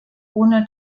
ohne